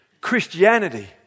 Christianity